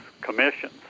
commission